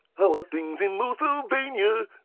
how are things in luthor danger.